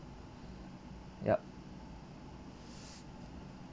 yup